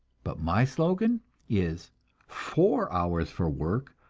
but my slogan is four hours for work,